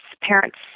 parents